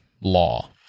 law